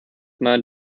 man